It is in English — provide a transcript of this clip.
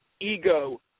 ego